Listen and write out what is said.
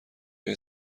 های